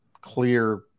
clear